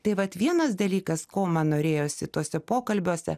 tai vat vienas dalykas ko man norėjosi tuose pokalbiuose